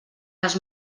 les